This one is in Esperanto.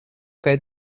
kaj